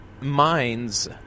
minds